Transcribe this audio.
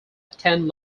attend